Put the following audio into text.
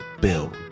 Bill